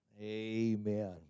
Amen